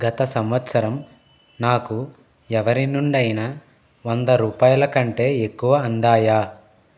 గత సంవత్సరం నాకు ఎవరి నుండి అయినా వంద రూపాయల కంటే ఎక్కువ అందాయా